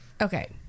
okay